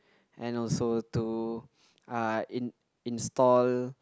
and also to uh in install